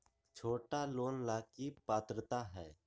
छोटा लोन ला की पात्रता है?